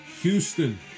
Houston